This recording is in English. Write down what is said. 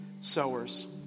sowers